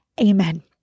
amen